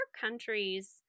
countries